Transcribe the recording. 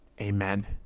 Amen